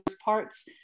parts